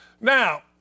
now